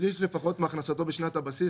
(1)שליש לפחות מהכנסתו בשנת הבסיס,